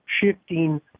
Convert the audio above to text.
shifting